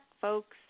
folks